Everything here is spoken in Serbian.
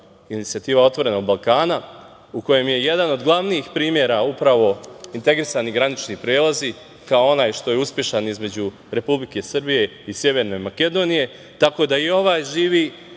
inicijativa „Otvorenog Balkana“, u kojem je jedna od glavnih primera upravo integrisani granični prelazi, kao onaj koji je uspešan između Republike Srbije i Severne Makedonije, tako da i ovaj živi